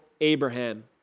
Abraham